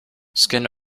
skin